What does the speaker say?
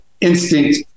instinct